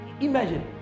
Imagine